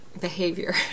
behavior